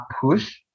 push